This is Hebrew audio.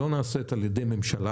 ולא נעשית על ידי ממשלה.